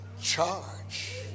charge